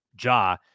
Ja